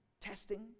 testing